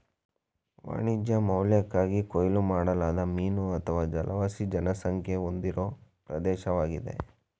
ವಾಣಿಜ್ಯ ಮೌಲ್ಯಕ್ಕಾಗಿ ಕೊಯ್ಲು ಮಾಡಲಾದ ಮೀನು ಅಥವಾ ಜಲವಾಸಿ ಜನಸಂಖ್ಯೆ ಹೊಂದಿರೋ ಪ್ರದೇಶ್ವಾಗಿದೆ